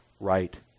right